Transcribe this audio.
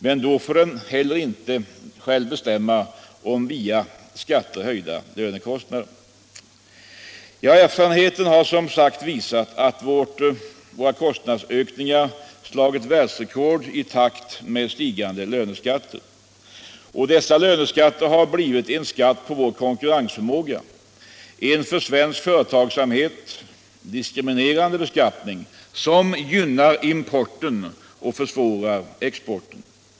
Men då får den inte heller själv bestämma om höjda lönekostnader via skatter. Erfarenheten har som sagt visat att våra kostnadsökningar slagit världsrekord i takt med stigande löneskatter. Och dessa löneskatter har blivit en skatt på vår konkurrensförmåga, en för svensk företagsamhet diskriminerande beskattning, som gynnar importen och försvårar exporten.